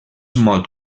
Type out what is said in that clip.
molt